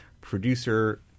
Producer